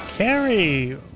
Carrie